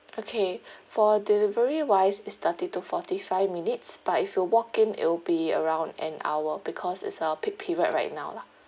okay for delivery wise it's thirty to forty five minutes by if you walk in it'll be around an hour because it's our peak period right now lah